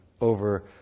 over